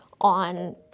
on